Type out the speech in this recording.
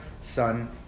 Son